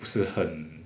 不是很